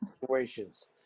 situations